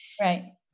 Right